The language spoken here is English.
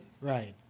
Right